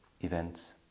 events